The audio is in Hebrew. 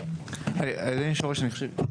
בבקשה.